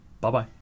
Bye-bye